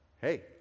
Hey